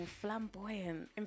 flamboyant